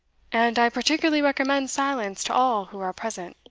and i particularly recommend silence to all who are present,